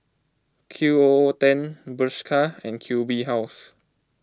Q O O ten Bershka and Q B House